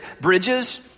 bridges